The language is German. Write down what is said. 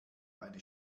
eine